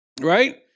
right